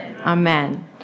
Amen